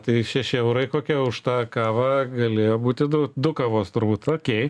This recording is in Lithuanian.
tai šeši eurai kokie už tą kavą gali būti du du kavos turbūt okei